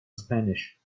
spanish